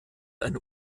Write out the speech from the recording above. ein